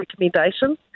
recommendation